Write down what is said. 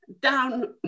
down